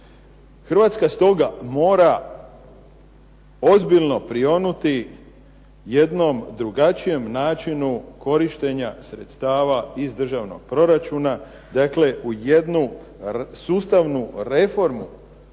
Hrvatska stoga mora ozbiljno prionuti jednom drugačijem načinu korištenja sredstava iz državnog proračuna, dakle u jednu sustavnu reformu